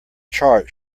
chart